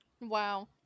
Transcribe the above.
Wow